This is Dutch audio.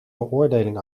beoordeling